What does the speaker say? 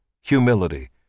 humility